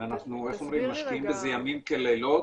אנחנו משקיעים בזה ימים כלילות,